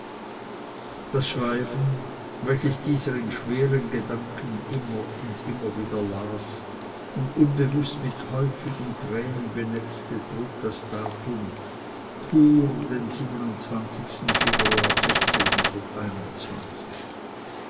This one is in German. das schreiben welches dieser in schweren gedanken immer und immer wieder las und unbewußt mit häufigen tränen benetzte trug das datum chur den februar